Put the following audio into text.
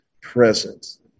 presence